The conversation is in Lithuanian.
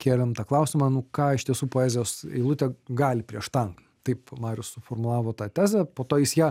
kėlėm tą klausimą nu ką iš tiesų poezijos eilutė gali prieš tanką taip marius suformulavo tą tezę po to jis ją